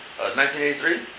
1983